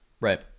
right